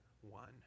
one